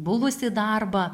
buvusį darbą